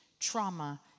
trauma